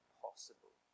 possible